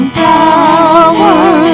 power